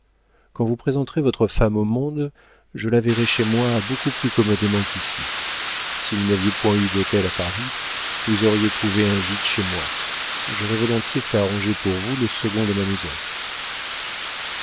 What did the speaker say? quand vous présenterez votre femme au monde je la verrai chez moi beaucoup plus commodément qu'ici si vous n'aviez point eu d'hôtel à paris vous auriez trouvé un gîte chez moi j'aurais volontiers fait arranger pour vous le second de ma maison